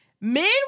Men